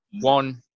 One